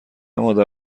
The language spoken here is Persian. مادر